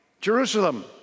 Jerusalem